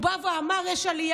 הוא בא ואמר: יש עלייה.